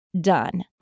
done